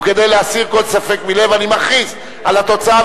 וכדי להסיר כל ספק מלב אני מכריז על התוצאה,